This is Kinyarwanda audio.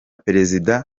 perezida